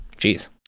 Jeez